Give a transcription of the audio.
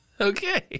Okay